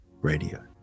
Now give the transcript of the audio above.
Radio